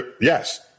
Yes